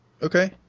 Okay